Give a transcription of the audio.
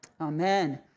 Amen